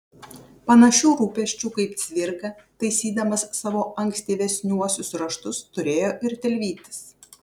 panašių rūpesčių kaip cvirka taisydamas savo ankstyvesniuosius raštus turėjo ir tilvytis